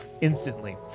instantly